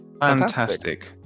fantastic